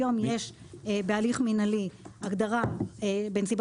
היום יש בהליך מנהלי הגדרה בנסיבה